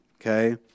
Okay